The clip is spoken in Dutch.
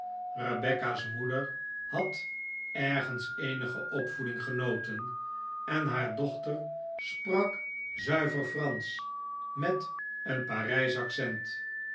rebecca's moeder had ergens eenige opvoeding genoten en haar dochter sprak zuiver fransch met een parijsch accent